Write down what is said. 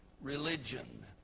religion